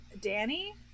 Danny